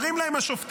אומרים להם השופטים: